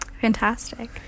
Fantastic